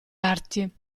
arti